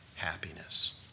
happiness